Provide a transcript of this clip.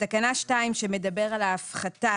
בתקנה 2 שמדברת על ההפחתה